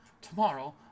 Tomorrow